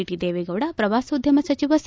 T Devegowda ಪ್ರವಾಸೋದ್ಯಮ ಸಚಿವ ಸಾ